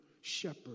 shepherd